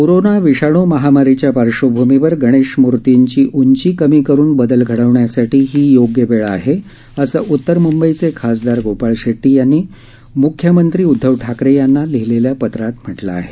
corona विषाणू महामारीच्या पार्श्वभूमीवर गणेश मूर्तिची उंची कमी करून बदल घडवण्यासाठी ही योग्य वेळ आहे असं उत्तर मुंबईचे खासदार गोपाळ शेट़टी यांनी मुख्यमंत्री उदधव ठाकरे यांना लिहिलेल्या पत्रात म्हटलं आहे